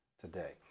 today